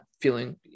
feeling